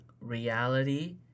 reality